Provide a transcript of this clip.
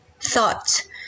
thought